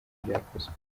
byakozwe